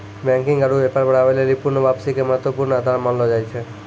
banking आरु व्यापार बढ़ाबै लेली पूर्ण वापसी के महत्वपूर्ण आधार मानलो जाय छै